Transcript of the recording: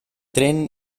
tren